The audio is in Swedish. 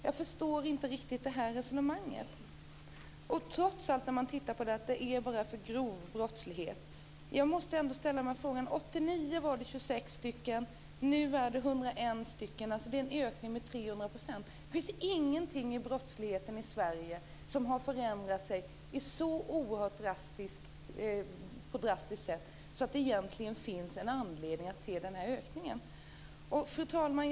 Jag förstår inte riktigt detta resonemang. Trots allt handlar det bara om grov brottslighet. 1989 var det 26 personer som fick livstidsstraff. Nu är det 101. Det är en ökning med 300 %. Det finns ingenting i brottsligheten i Sverige som har förändrats på ett så drastiskt sätt så att det finns någon anledning till denna ökning. Fru talman!